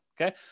Okay